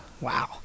Wow